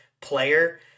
player